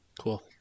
cool